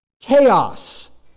chaos